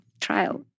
trial